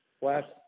last